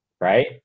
right